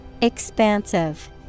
Expansive